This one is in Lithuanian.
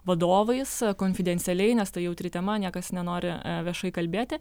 vadovais konfidencialiai nes tai jautri tema niekas nenori viešai kalbėti